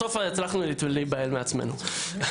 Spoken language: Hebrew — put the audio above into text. בסוף הצלחנו להיבהל מעצמנו.